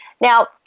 Now